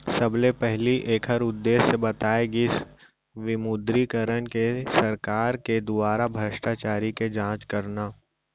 सबले पहिली ऐखर उद्देश्य बताए गिस विमुद्रीकरन के सरकार के दुवारा भस्टाचारी के जाँच करना